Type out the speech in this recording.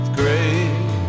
great